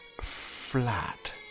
Flat